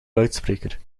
luidspreker